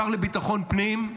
השר לביטחון הפנים.